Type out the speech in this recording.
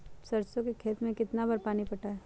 सरसों के खेत मे कितना बार पानी पटाये?